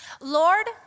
Lord